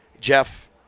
Jeff